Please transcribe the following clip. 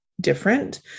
different